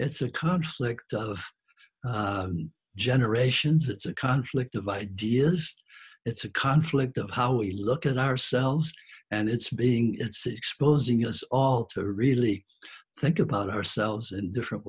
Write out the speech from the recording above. it's a conflict of general ations it's a conflict of ideas it's a conflict of how we look at ourselves and it's being it's exposing years all to really think about ourselves in different